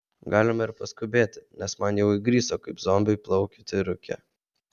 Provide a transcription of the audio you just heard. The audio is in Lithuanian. galime ir paskubėti nes man jau įgriso kaip zombiui plaukioti rūke